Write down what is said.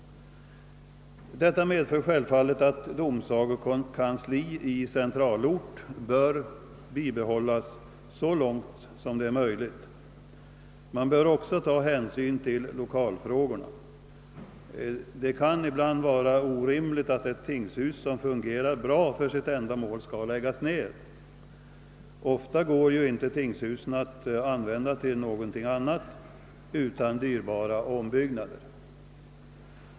Detta medför självfallet att domsagokansli i centralort bör bibehållas så långt det är möjligt. Man bör också ta hänsyn till lokalfrågorna. Det kan ibland vara orimligt att ett tingshus som fungerar bra för sitt ändamål skall läggas ner. Ofta går det inte att använda tingshusen till något annat utan dyrbara ombyggnader.